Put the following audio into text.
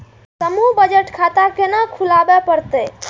हमू बचत खाता केना खुलाबे परतें?